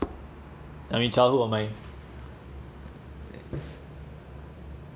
I mean childhood of my